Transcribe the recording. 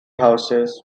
houses